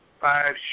five